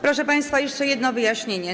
Proszę państwa, jeszcze jedno wyjaśnienie.